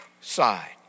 side